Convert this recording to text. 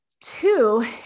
Two